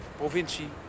provincie